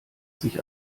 sich